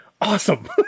awesome